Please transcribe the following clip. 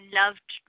loved